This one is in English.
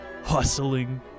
Hustling